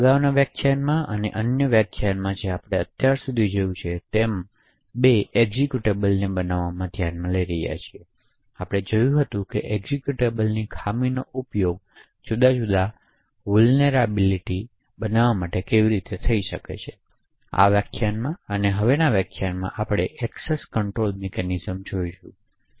અગાઉના વ્યાખ્યાનમાં અને અન્ય વ્યાખ્યાનમાં જે આપણે અત્યાર સુધી જોયું છે તેમ બે એક્ઝેક્યુટેબલને ધ્યાનમાં લઈ રહ્યા છીએ આપણે જોયું હતું કે એક્ઝેક્યુટેબલની ખામીનો ઉપયોગ જુદા જુદા વુલનેરાબીલીટી બનાવવા માટે કેવી રીતે થઈ શકે છે આ વ્યાખ્યાનમાં અને હવેના વ્યાખ્યાનમાં આપણે એક્સેસ કંટ્રોલ મિકેનિઝમ્સ જોઈશું